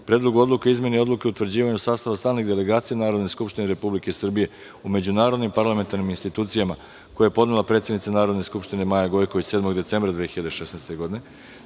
Predlogu odluke o izmeni Odluke o utvrđivanju sastava stalnih delegacija Narodne skupštine Republike Srbije u međunarodnim parlamentarnim institucijama, koji je podnela predsednica Narodne skupštine Maja Gojković 7. decembra 2016. godine,